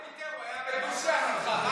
הוא היה בדו-שיח איתך.